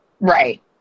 Right